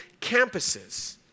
campuses